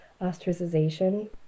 ostracization